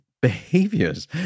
behaviors